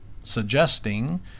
suggesting